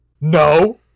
No